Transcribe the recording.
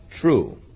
true